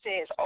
says